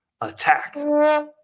attack